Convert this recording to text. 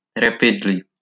rapidly